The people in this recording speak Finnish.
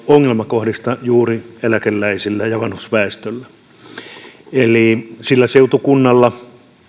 ongelmakohdista juuri eläkeläisille ja vanhusväestölle sillä seutukunnalla